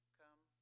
come